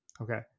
Okay